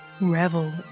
Revel